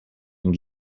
and